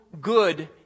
good